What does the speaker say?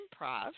improv